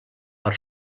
per